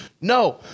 No